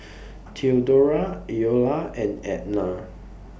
Theodora Iola and Ednah